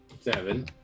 seven